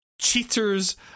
cheaters